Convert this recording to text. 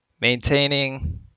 maintaining